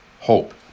Hope